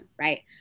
right